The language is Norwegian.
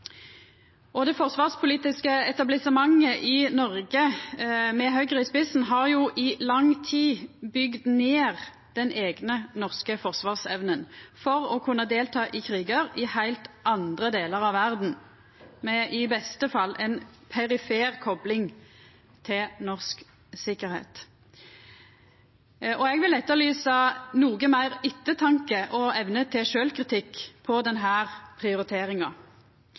Det forsvarspolitiske etablissementet i Noreg, med Høgre i spissen, har i lang tid bygd ned eigen norsk forsvarsevne for å kunna delta i krigar i heilt andre delar av verda, med i beste fall ei perifer kopling til norsk sikkerheit. Eg vil etterlysa noko meir ettertanke og evne til sjølvkritikk om denne prioriteringa.